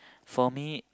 for me